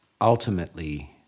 ultimately